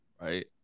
right